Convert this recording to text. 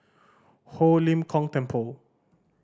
Ho Lim Kong Temple